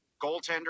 goaltender